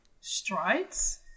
strides